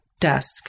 desk